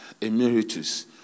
Emeritus